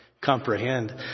comprehend